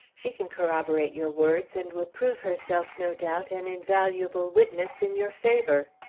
she can corroborate your words, and will prove herself, no doubt, an invaluable witness in your favor.